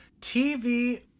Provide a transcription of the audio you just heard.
TV